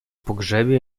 pogrzebie